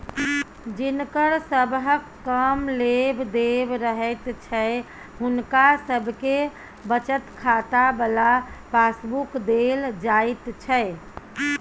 जिनकर सबहक कम लेब देब रहैत छै हुनका सबके बचत खाता बला पासबुक देल जाइत छै